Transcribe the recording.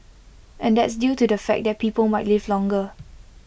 and that's due to the fact that people might live longer